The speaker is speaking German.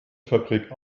fabrik